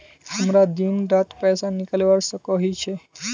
हमरा दिन डात पैसा निकलवा सकोही छै?